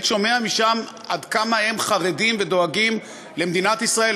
שומע משם עד כמה הם חרדים ודואגים למדינת ישראל,